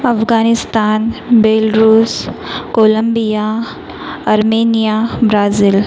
Afghanistan Belarus Columbia Armenia Brazil